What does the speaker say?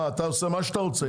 אתה עושה מה שאתה רוצה.